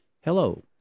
hello